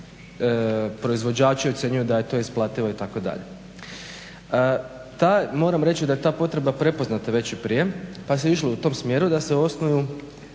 proizvođači ocjenjuju da je to isplativo itd. Moram reći da je ta potreba prepoznata već i prije, pa se išlo u tom smjeru da se osnuju